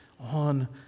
on